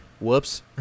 Whoops